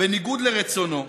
בניגוד לרצונו,